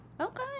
Okay